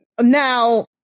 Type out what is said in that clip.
Now